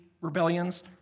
rebellions